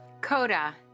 Coda